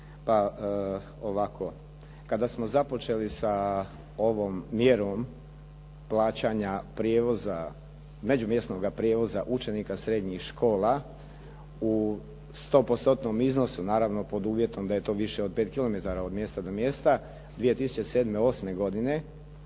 pa ovako. Kada smo započeli sa ovom mjerom plaćanja međumjesnoga prijevoza učenika srednjih škola u sto postotnom iznosu naravno pod uvjetom da je to više od 5 kilometara od mjesta do mjesta 2007., 2008. godine